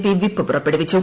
P whip പുറപ്പെടുവിച്ചു